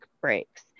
breaks